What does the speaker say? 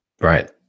Right